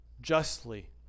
Justly